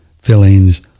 fillings